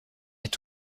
est